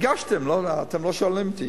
הגשתם, אתם לא שואלים אותי.